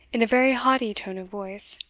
in a very haughty tone of voice,